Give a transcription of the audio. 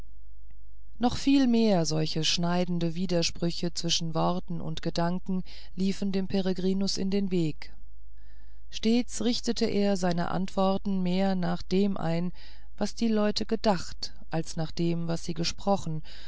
noch viel mehr solche schneidende widersprüche zwischen worten und gedanken liefen dem peregrinus in den weg stets richtete er seine antworten mehr nach dem ein was die leute gedacht als nach dem was sie gesprochen